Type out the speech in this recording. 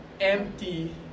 empty